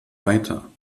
weiter